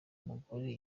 mugore